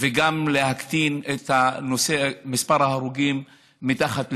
וגם להקטין את מספר ההרוגים אל מתחת ל-300,